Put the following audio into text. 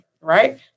right